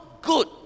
good